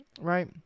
Right